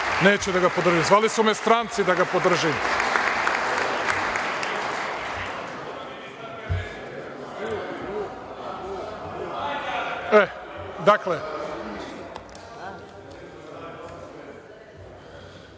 neću da ga podržim. Zvali su me stranci da ga podržim. Dakle,